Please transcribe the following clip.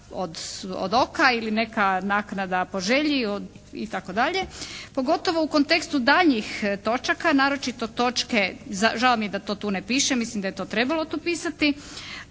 od oka ili neka naknada po želji itd. pogotovo u kontekstu daljnjih točaka, naročito točke, žao mi je da to tu ne piše, mislim da je to trebalo tu pisati.